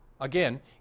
Again